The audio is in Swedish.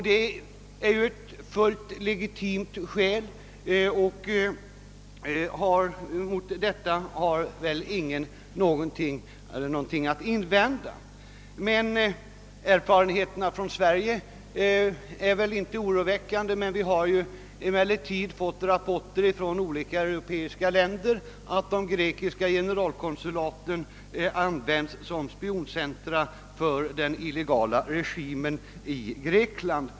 Det är ju fullt legitimt, och mot det har väl ingen några invändningar att göra. Erfarenheterna från Sverige är i det fallet inte heller oroväckande, men vi har fått rapporter från andra europeiska länder som säger att de grekiska generalkonsulaten har använts som spioncentra för den illegala regimen i Grekland.